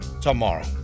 tomorrow